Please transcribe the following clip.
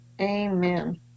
Amen